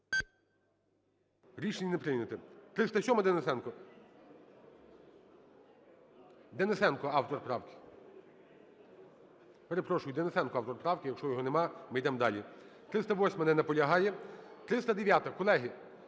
Рішення не прийняте. 307-а, Денисенко. Денисенко - автор правки. Перепрошую, Денисенко - автор правки. Якщо його немає, ми йдемо далі. 308-а, не наполягає. 309-а. Колеги,